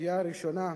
הסוגיה הראשונה,